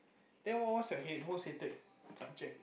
then what what's your hate most hated subject